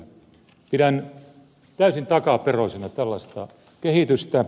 pidän täysin takaperoisena tällaista kehitystä